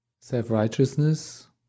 Self-righteousness